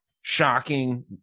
shocking